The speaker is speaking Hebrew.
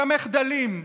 למחדלים.